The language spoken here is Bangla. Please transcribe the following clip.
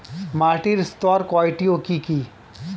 মাটির স্তর কয়টি ও কি কি?